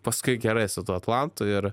paskui gerai su tuo atlantu ir